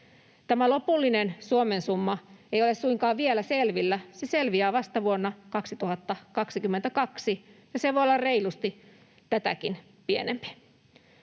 Tämä lopullinen Suomen summa ei ole suinkaan vielä selvillä. Se selviää vasta vuonna 2022, ja se voi olla reilusti tätäkin pienempi.